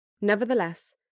Nevertheless